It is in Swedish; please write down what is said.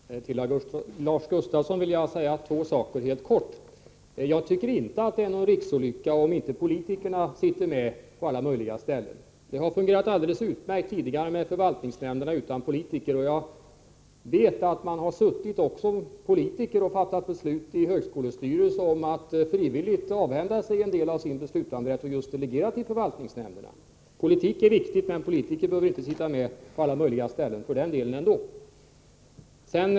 Herr talman! Till Lars Gustafsson vill jag säga två saker. Jag tycker inte att det är någon riksolycka, om inte politikerna sitter med på alla möjliga ställen. Förvaltningsnämnderna har fungerat alldeles utmärkt tidigare utan politiker. Jag vet att det suttit politiker och fattat beslut i högskolestyrelser om att frivilligt avhända sig en del av beslutanderätten och delegera den till förvaltningsnämnderna. Politik är viktigt, men politiker behöver inte sitta med på alla möjliga ställen.